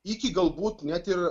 iki galbūt net ir